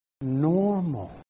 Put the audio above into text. normal